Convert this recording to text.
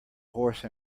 horse